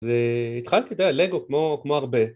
זה, התחלתי אתה יודע, לגו, כמו, כמו הרבה